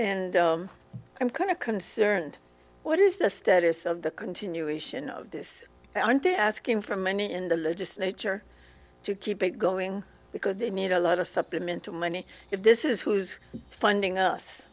and i'm kind of concerned what is the status of the continuation of this aren't they asking for money in the legislature to keep it going because they need a lot of supplemental money if this is who's funding us